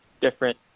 different